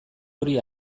hori